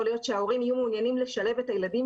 יכול להיות שההורים יהיו מעוניינים לשלב את הילדים